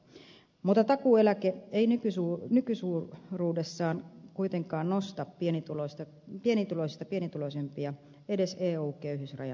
mutta takuueläke ei nykysuuruudessaan kuitenkaan nosta pienituloisista pienituloisimpia edes eu köyhyysrajan tasolle